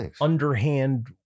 underhand